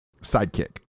Sidekick